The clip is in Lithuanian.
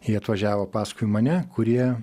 jie atvažiavo paskui mane kurie